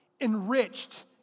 enriched